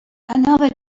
another